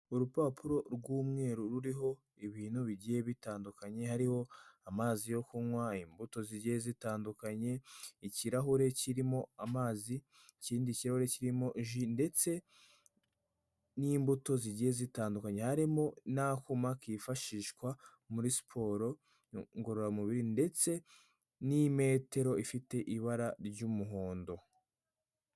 Urupapuro rw'umweru ruriho ibintu bigiye bitandukanye hariho amazi yo kunywa, imbuto zigiye zitandukanye, ikirahure kirimo amazi, ikindi kirahuri kirimo ji ndetse n'imbuto zigiye zitandukanye, harimo n'akuma kifashishwa muri siporo ngororamubiri ndetse n'imetero ifite ibara ry'umuhondo.